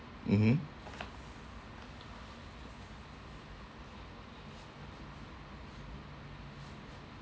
mmhmm